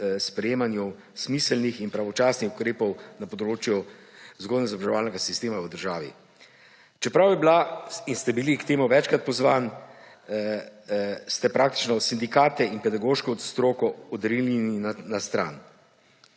sprejemanju smiselnih in pravočasnih ukrepov na področju vzgojno-izobraževalnega sistema v državi. Čeprav ste bili k temu večkrat pozvani, ste praktično sindikate in pedagoško stroko odrinili na stran.